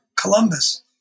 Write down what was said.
Columbus